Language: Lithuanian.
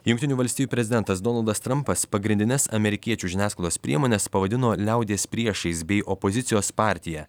jungtinių valstijų prezidentas donaldas trampas pagrindines amerikiečių žiniasklaidos priemones pavadino liaudies priešais bei opozicijos partija